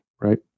right